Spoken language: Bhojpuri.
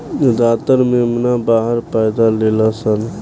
ज्यादातर मेमना बाहर पैदा लेलसन